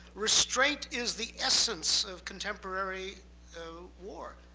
restraint is the essence of contemporary war.